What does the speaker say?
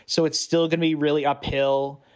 so it's still going to be really uphill.